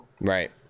right